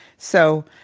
so,